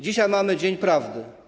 Dzisiaj mamy dzień prawdy.